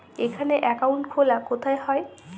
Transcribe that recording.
এখানে অ্যাকাউন্ট খোলা কোথায় হয়?